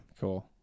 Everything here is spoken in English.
cool